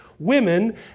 women